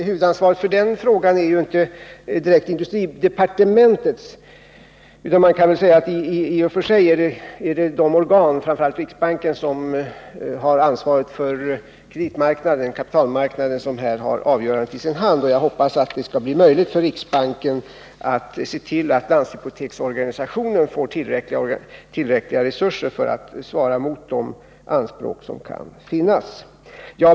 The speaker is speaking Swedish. Huvudansvaret för den frågan är ju inte direkt industridepartementets, utan det ligger i och för sig på de organ som har ansvaret för kapitalmarknaden, framför allt riksbanken, som har avgörandet i sin hand. Jag hoppas det skall bli möjligt för riksbanken att se till att landshypoteksorganisationen får tillräckliga resurser för att kunna svara mot de anspråk som kan finnas.